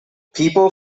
people